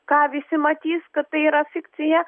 ką visi matys kad tai yra fikcija